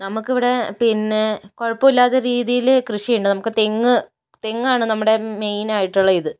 നമുക്കിവിടെ പിന്നെ കുഴപ്പമില്ലാത്ത രീതിയില് കൃഷി ഉണ്ട് നമുക്ക് തെങ്ങ് തെങ്ങാണ് നമ്മുടെ മെയിന് ആയിട്ടുള്ള ഇത്